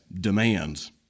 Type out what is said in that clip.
demands